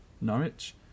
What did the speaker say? Norwich